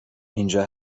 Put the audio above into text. اینجا